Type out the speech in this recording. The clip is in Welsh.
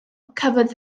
cafodd